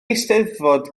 eisteddfod